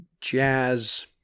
jazz